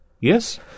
Yes